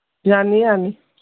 ꯌꯥꯅꯤ ꯌꯥꯅꯤ